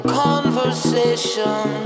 conversation